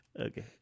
Okay